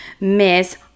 Miss